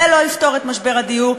זה לא יפתור את משבר הדיור,